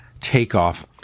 takeoff